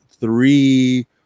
three